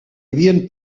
havien